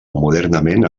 modernament